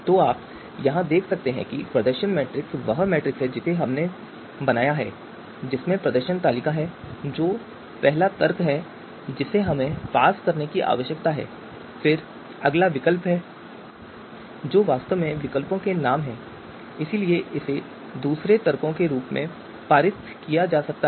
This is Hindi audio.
तो आप यहां देख सकते हैं कि प्रदर्शन मैट्रिक्स वह मैट्रिक्स है जिसे हमने बनाया है जिसमें प्रदर्शन तालिका है जो पहला तर्क है जिसे हमें पास करने की आवश्यकता है फिर अगला विकल्प है जो वास्तव में विकल्पों के नाम हैं इसलिए इसे दूसरे तर्क के रूप में पारित किया जा सकता है